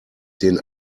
den